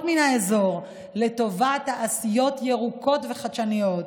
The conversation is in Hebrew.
מן האזור לטובת תעשיות ירוקות וחדשניות.